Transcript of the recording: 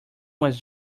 was